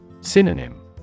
Synonym